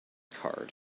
card